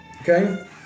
okay